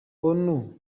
onu